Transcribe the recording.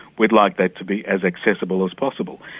we'd like that to be as accessible as possible,